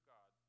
God